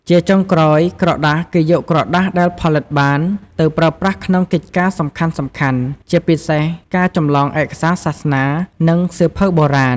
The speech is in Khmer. ជាចុងក្រោយក្រដាសគេយកក្រដាសដែលផលិតបានយកទៅប្រើប្រាស់ក្នុងកិច្ចការសំខាន់ៗ ជាពិសេសការចម្លងឯកសារសាសនា និងសៀវភៅបុរាណ។